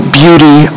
beauty